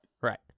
Right